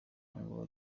ngo